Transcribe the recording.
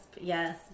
yes